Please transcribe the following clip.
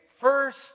first